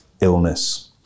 illness